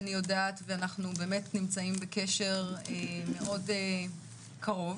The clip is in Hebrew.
אני ידועת ואנחנו נמצאים באמת בקשר מאוד קרוב,